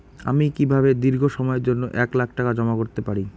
আমি কিভাবে দীর্ঘ সময়ের জন্য এক লাখ টাকা জমা করতে পারি?